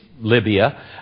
Libya